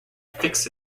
fix